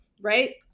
right